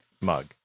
mug